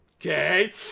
Okay